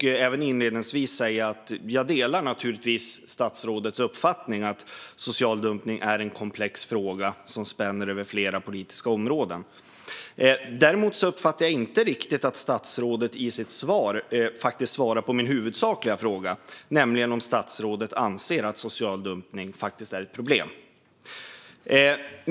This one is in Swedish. Jag vill inledningsvis säga att jag naturligtvis delar statsrådets uppfattning att social dumpning är en komplex fråga som spänner över flera politiska områden. Däremot uppfattade jag inte riktigt att statsrådet i sitt svar faktiskt svarade på min huvudsakliga fråga, nämligen om statsrådet anser att social dumpning faktiskt är ett problem.